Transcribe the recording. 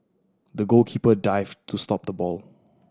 the goalkeeper dived to stop the ball